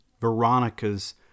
Veronica's